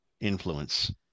influence